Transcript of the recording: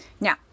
Now